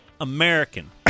American